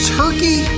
turkey